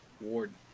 Warden